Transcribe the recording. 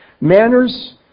Manners